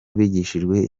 bigishijwe